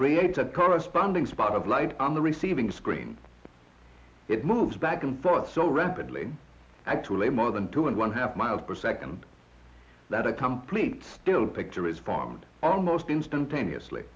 create a corresponding spot of light on the receiving screen it moves back and forth so rapidly actually more than two and one half miles per second that a complete still picture respond almost instantaneously